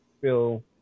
feel